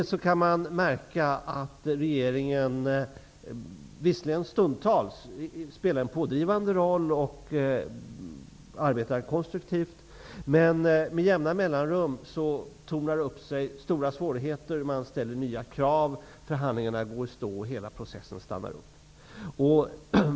Stundtals spelar regeringen visserligen en pådrivande roll och arbetar konstruktivt, men med jämna mellanrum tornar det upp sig stora svårigheter: Man ställer nya krav, förhandlingarna går i stå och hela processen stannar upp.